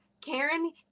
Karen